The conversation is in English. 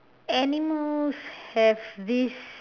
animals have this